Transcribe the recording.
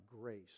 grace